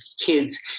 kids